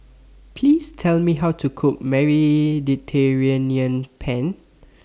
Please Tell Me How to Cook Mediterranean Penne